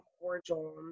cordial